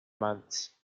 months